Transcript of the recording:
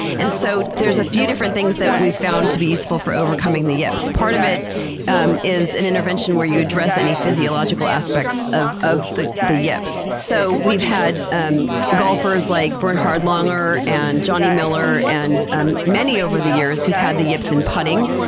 and so there's a few different things that we've found to be useful for overcoming the yips. part of it and is an intervention where you address any physiological aspects of of the the yips. so we've had um golfers like bernhard langer and johnny miller and um many over the years who've had the yips in putting,